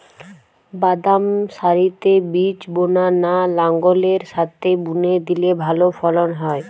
বাদাম সারিতে বীজ বোনা না লাঙ্গলের সাথে বুনে দিলে ভালো ফলন হয়?